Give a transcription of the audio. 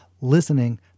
Listening